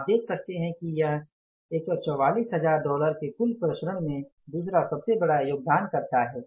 आप देख सकते हैं कि यह 144000 डॉलर के कुल विचरण में दूसरा सबसे बड़ा योगदानकर्ता है